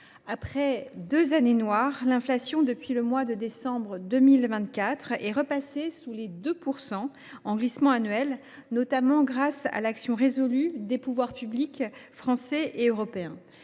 Après deux années noires, l’inflation est repassée depuis le mois de décembre 2024 sous les 2 % en glissement annuel, notamment grâce à l’action résolue des pouvoirs publics français et européens.